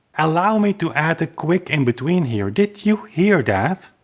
allow me to add a quick in-between here did you hear that?